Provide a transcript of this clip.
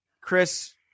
Chris